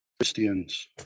Christians